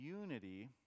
unity